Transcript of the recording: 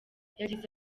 yagize